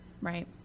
Right